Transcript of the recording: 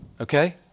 Okay